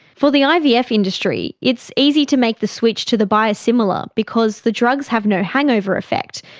for the ivf the ivf industry, it's easy to make the switch to the biosimilar because the drugs have no hangover effect,